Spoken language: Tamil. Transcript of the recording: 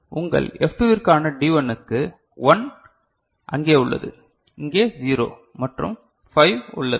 உங்கள் F2 விற்கான D1 க்கு 1 அங்கே உள்ளது இங்கே 0 மற்றும் 5 உள்ளது